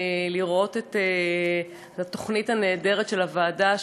לראות את התוכנית הנהדרת של הוועדה,